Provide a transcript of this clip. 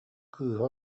кыыһа